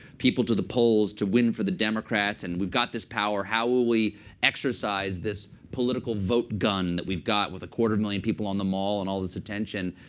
people to the polls to win for the democrats. and we've got this power. how will we exercise this political vote gun that we've got with a quarter of a million people on the mall and all this attention?